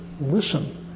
listen